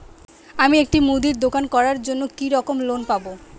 আমি একটি মুদির দোকান করার জন্য কি রকম লোন পাব?